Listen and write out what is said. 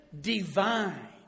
divine